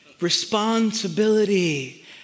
responsibility